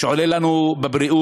עולה לנו בבריאות,